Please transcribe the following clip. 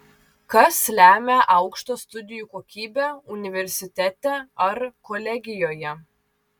kas lemia aukštą studijų kokybę universitete ar kolegijoje